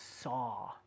saw